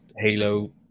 Halo